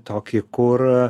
tokį kur